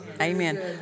Amen